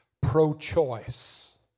pro-choice